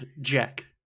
Jack